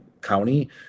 county